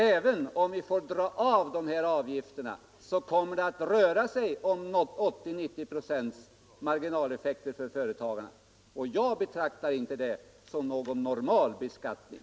Även om vi får dra av de här avgifterna, kommer det att röra sig om 80-90 96 marginaleffekter för företagarna, och jag betraktar inte det som någon normal beskattning.